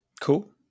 Cool